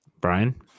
Brian